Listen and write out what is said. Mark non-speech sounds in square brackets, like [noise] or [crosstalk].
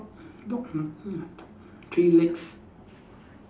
dog [noise] three legs